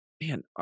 man